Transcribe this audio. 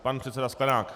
Pan předseda Sklenák.